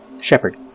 Shepard